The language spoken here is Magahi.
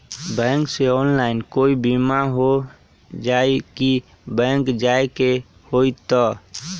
बैंक से ऑनलाइन कोई बिमा हो जाई कि बैंक जाए के होई त?